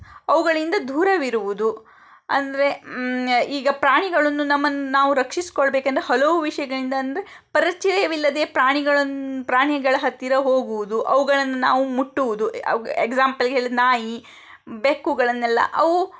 ಅವುಗಳಿಂದ ದೂರವಿರುವುದು ಅಂದರೆ ಈಗ ಪ್ರಾಣಿಗಳನ್ನು ನಮ್ಮ ನಾವು ರಕ್ಷಿಸಿಕೊಳ್ಬೇಕೆಂದು ಹಲವು ವಿಷಯಗಳಿಂದ ಅಂದರೆ ಪರಿಚಯವಿಲ್ಲದೆ ಪ್ರಾಣಿಗಳನ್ನು ಪ್ರಾಣಿಗಳ ಹತ್ತಿರ ಹೋಗುವುದು ಅವುಗಳನ್ನು ನಾವು ಮುಟ್ಟುವುದು ಎಗ್ಸಾಂಪಲಿಗೆ ಹೇಳಿದ್ದು ನಾಯಿ ಬೆಕ್ಕುಗಳನ್ನೆಲ್ಲ ಅವು